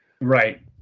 Right